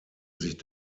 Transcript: sich